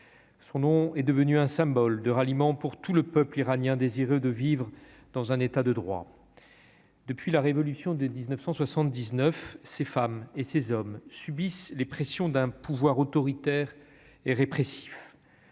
son nom est devenu un symbole de ralliement pour tout le peuple iranien désireux de vivre dans un état de droit, depuis la révolution de 1979 ces femmes et ces hommes subissent les pressions d'un pouvoir autoritaire et répressif,